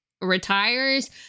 retires